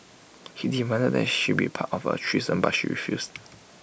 he demanded that she be part of A threesome but she refused